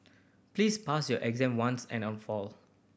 please pass your exam once and for